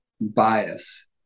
bias